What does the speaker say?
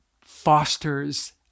fosters